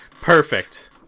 Perfect